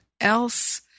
else